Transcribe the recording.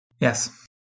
Yes